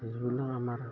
যিবিলাক আমাৰ